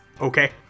Okay